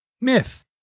Myth